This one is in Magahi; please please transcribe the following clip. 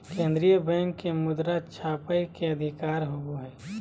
केन्द्रीय बैंक के मुद्रा छापय के अधिकार होवो हइ